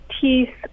teeth